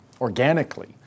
organically